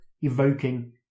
evoking